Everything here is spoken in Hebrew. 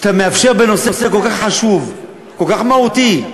כשאתה מאפשר בנושא כל כך חשוב, כל כך מהותי,